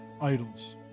idols